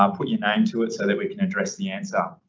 um put your name to it so that we can address the answer.